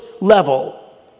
level